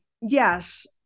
yes